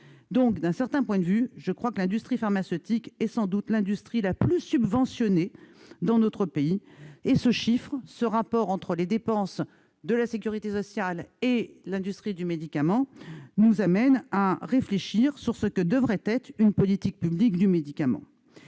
D'un certain point de vue, l'industrie pharmaceutique est sans doute l'industrie la plus subventionnée dans notre pays. Le rapport entre les dépenses de la sécurité sociale et l'industrie du médicament nous conduit à réfléchir sur ce que devrait être une politique publique du médicament.